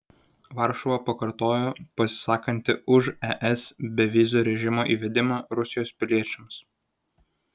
varšuva pakartojo pasisakanti už es bevizio režimo įvedimą rusijos piliečiams